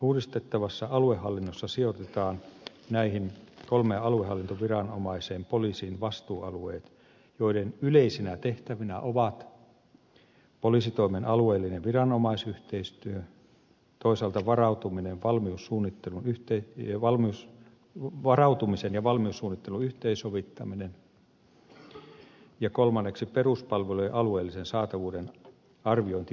uudistettavassa aluehallinnossa sijoitetaan näihin kolmeen aluehallintoviranomaiseen poliisin vastuualueet joiden yleisinä tehtävinä ovat poliisitoimen alueellinen viranomaisyhteistyö toisaalta varautuminen valmiussuunnitteluun yhteen ja valmius nuo varautumisen ja valmiussuunnittelun yhteensovittaminen ja kolmanneksi peruspalveluiden alueellisen saatavuuden arviointi poliisitoimen osalta